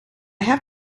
have